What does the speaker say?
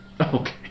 Okay